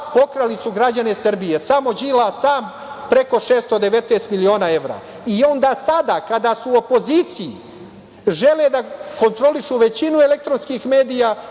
pokrali su građane Srbije, samo Đilas sam preko 619 miliona evra. I onda sada, kada su u opoziciji, žele da kontrolišu većinu elektronskih medija,